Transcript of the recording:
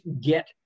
get